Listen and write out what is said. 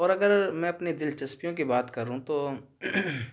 اور اگر میں اپنی دلچسپیوں کی بات کروں تو